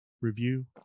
review